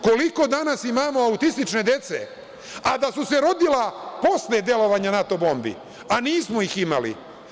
Koliko danas imamo autistične dece, a da su se rodila posle delovanja NATO bombi, a nismo ih imali?